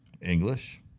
English